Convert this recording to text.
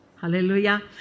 Hallelujah